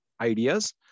ideas